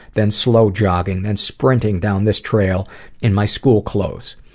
then slow jogging, then sprinting down this trail in my school clothes.